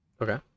okay